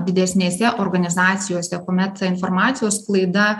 didesnėse organizacijose kuomet ta informacijos sklaida